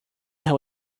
how